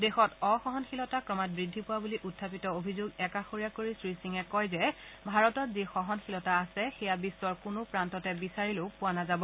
দেশত অসহনশীলতা ক্ৰমাৎ বৃদ্ধি পোৱা বুলি উখাপিত অভিযোগ একাশৰীয়া কৰি শ্ৰীসিঙে কয় যে ভাৰতত যি সহনশীলতা আছে সেয়া বিশ্বৰ কোনো প্ৰান্ততে বিচাৰিলেও পোৱা নাযাব